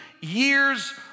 years